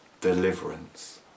deliverance